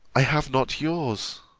i have not yours.